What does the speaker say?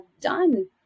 done